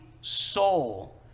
soul